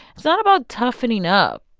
it's not about toughening up.